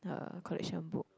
uh collection of book